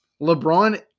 LeBron